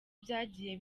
byagiye